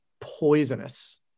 poisonous